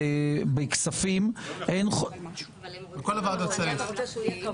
בכספים אין --- בכל הוועדות צריך.